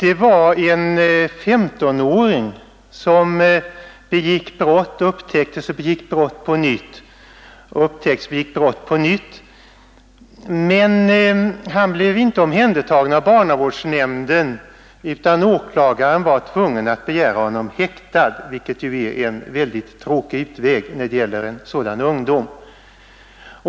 En 15-åring begick brott, upptäcktes och begick brott på nytt, upptäcktes och begick brott på nytt. Men han blev inte omhändertagen av barnavårdsnämnden utan åklagaren var tvungen att begära honom häktad, vilket är en väldigt tråkig utväg när det gäller en sådan ungdom.